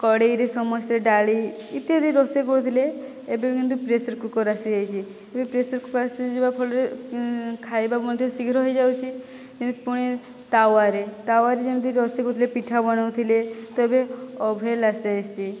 କଡ଼େଇରେ ସମସ୍ତେ ଡାଲି ଇତ୍ୟାଦି ରୋଷେଇ କରୁଥିଲେ ଏବେ କିନ୍ତୁ ପ୍ରେସରକୁକର ଆସି ଯାଇଚି ଏବେ ପ୍ରେସରକୁକର ଆସିଯିବା ଫଳରେ ଖାଇବା ମଧ୍ୟ ଶୀଘ୍ର ହୋଇଯାଉଛି ପୁଣି ତାୱାରେ ତାୱାରେ ଯେମିତି ରୋଷେଇ କରୁଥିଲେ ପିଠା ବନାଉଥିଲେ ତ ଏବେ ଓଭେନ ଆସି ଯାଇଚି